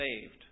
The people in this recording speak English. saved